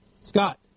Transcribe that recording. Scott